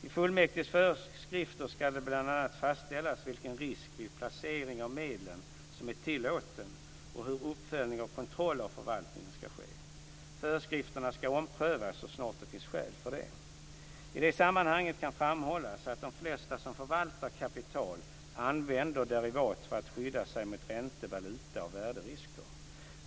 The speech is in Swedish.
I fullmäktiges föreskrifter ska det bl.a. fastställas vilken risk vid placering av medlen som är tillåten och hur uppföljning och kontroll av förvaltningen ska ske. Föreskrifterna ska omprövas så snart det finns skäl för det. I detta sammanhang kan framhållas att de flesta som förvaltar kapital använder derivat för att skydda sig mot ränte-, valuta och värderisker.